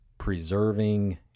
preserving